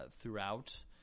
throughout